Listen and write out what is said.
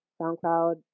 soundcloud